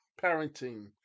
parenting